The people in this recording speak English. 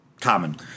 Common